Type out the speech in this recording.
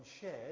shared